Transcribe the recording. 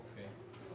אוקיי.